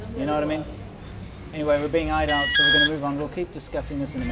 you know what i mean anyway, we're being eyed out so we're going to move on will keep discussing this